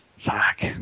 Fuck